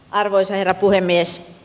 arvoisa herra puhemies